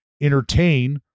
entertain